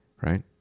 right